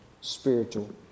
spiritual